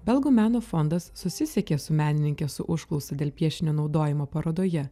belgų meno fondas susisiekė su menininke su užklausa dėl piešinio naudojimo parodoje